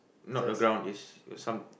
not a ground is is some~